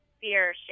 fear